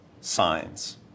signs